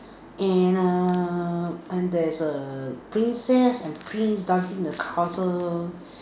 and err and there's a princess and prince dancing in the castle